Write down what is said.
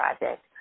project